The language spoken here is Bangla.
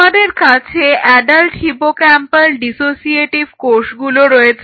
তোমাদের কাছে অ্যাডাল্ট হিপোক্যাম্পাল ডিসোসিয়েটিভ কোষগুলো রয়েছে